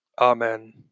Amen